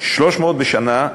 300 בשנה,